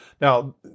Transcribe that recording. Now